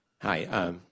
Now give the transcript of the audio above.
Hi